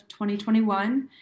2021